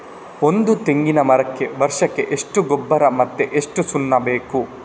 ಒಂದು ತೆಂಗಿನ ಮರಕ್ಕೆ ವರ್ಷಕ್ಕೆ ಎಷ್ಟು ಗೊಬ್ಬರ ಮತ್ತೆ ಎಷ್ಟು ಸುಣ್ಣ ಬೇಕು?